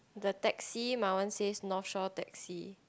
the taxi my one says North Shore taxi